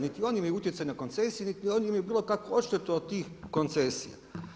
Niti oni imaju utjecaj na koncesije, niti oni imaju bilo kakvu odštetu od tih koncesija.